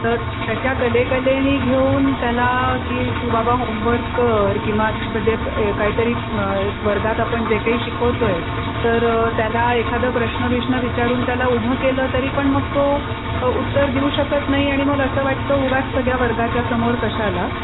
तर त्याच्या कलेकलेने घेऊन त्याला की तू बाबा होमवर्क कर किंवा म्हणजे काहीतरी मग वर्गात आपण जे काही शिकवतो आहे तर त्याला एखादं प्रश्न बिश्न विचारून त्याला उभं केलं तरी पण मग तो उत्तर देऊ शकत नाही आणि मग असं वाटतं उगाच सगळ्या वर्गाच्या समोर कशाला